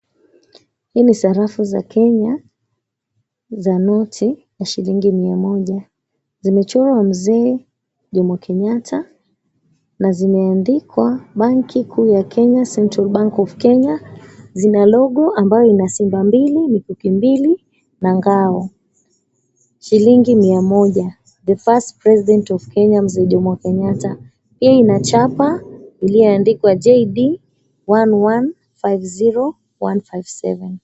Hii ni sarafu za kenya za noti ya shilingi mia moja. Zimechorwa Mzee Jomo Kenyatta, na zimeandikwa, "Banki Kuu ya Kenya, Central Bank of Kenya." Zina logo , ambayo ina simba mbili mikuki mbili na ngao. Shilingi mia moja, "The First President of Kenya ," Mzee Jomo Kenyatta. Pia ina chapa iliyoandikwa JB1150 157.